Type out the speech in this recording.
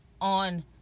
on